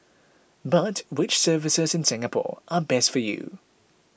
but which services in Singapore are best for you